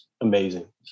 amazing